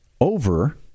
over